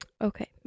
Okay